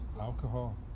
alcohol